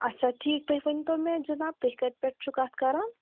اَچھا ٹھیٖک تُہۍ ؤنۍتو مےٚ جِناب تُہۍ کَتہِ پٮ۪ٹھ چھُو کَتھ کران